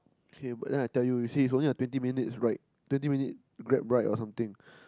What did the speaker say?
okay but then I tell you you see it's only a twenty minutes ride twenty minute Grab Ride or something